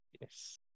Yes